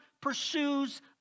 pursues